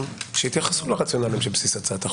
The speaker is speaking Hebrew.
שיתייחסו לרציונל שבבסיס הצעת החוק.